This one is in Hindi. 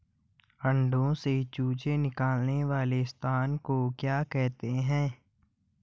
अंडों से चूजे निकलने वाले स्थान को क्या कहते हैं?